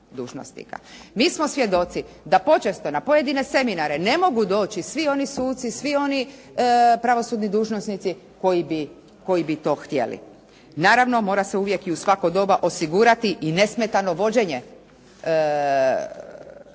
Mi smo svjedoci da počesto na pojedine seminare ne mogu doći svi oni suci, svi oni pravosudni dužnosnici koji bi to htjeli. Naravno mora se uvijek i u svako doba osigurati i nesmetano vođenje